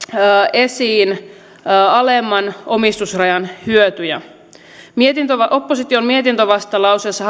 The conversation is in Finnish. esiin alemman omistusrajan hyötyjä hallintovaliokunnan mietinnön opposition vastalauseessa